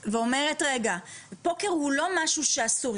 ואמרה: רגע, פוקר הוא לא משהו שהוא אסור.